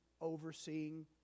overseeing